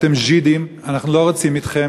אתם ז'ידים, אנחנו לא רוצים אתכם.